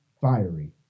fiery